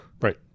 Right